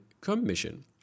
commission